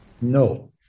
No